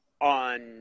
on